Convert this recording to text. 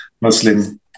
muslim